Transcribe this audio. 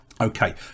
Okay